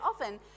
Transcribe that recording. often